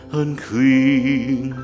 unclean